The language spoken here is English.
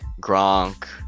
Gronk